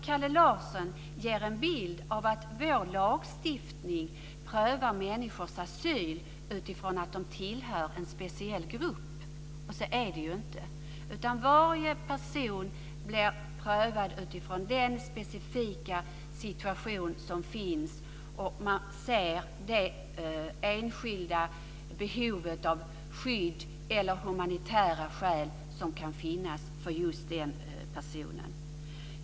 Kalle Larsson ger en bild av att vår lagstiftning leder till att människors asylrätt prövas utifrån att de tillhör en speciell grupp. Så är det ju inte. Varje person blir prövad utifrån den specifika situation som föreligger, och man ser till den enskildes behov av skydd eller till de humanitära skäl som kan finnas för just den personen.